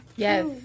Yes